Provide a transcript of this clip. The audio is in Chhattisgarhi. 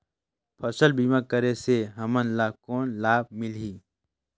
फसल बीमा करे से हमन ला कौन लाभ मिलही?